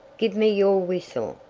give me your whistle.